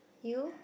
you